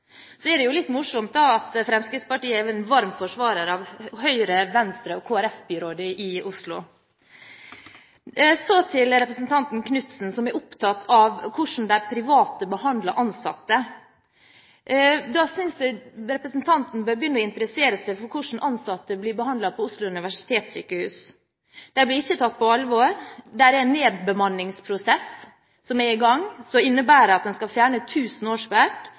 Så er det litt morsomt at Fremskrittspartiet er en varm forsvarer av Høyre–Venstre–KrF-byrådet i Oslo. Så til representanten Knutsen, som er opptatt av hvordan de private behandler ansatte. Da synes jeg representanten bør begynne å interessere seg for hvordan ansatte blir behandlet på Oslo universitetssykehus. De blir ikke tatt på alvor, det er en nedbemanningsprosess i gang, som innebærer at en skal fjerne 1 000 årsverk,